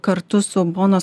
kartu su bonos